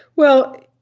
well,